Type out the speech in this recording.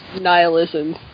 Nihilism